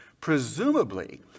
presumably